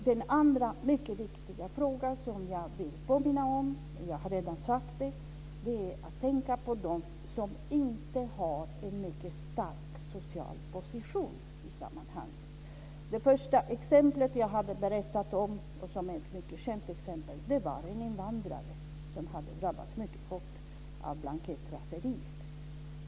Den andra mycket viktiga fråga som jag vill påminna om - jag har redan sagt det - är att vi ska tänka på dem som inte har en mycket stark social position i sammanhanget. Det första exempel jag berättade om, som är ett mycket känt exempel, gällde en invandrare som hade drabbats mycket hårt av blankettraseriet.